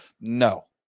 No